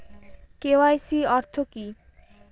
KYC অর্থ কি?